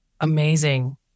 Amazing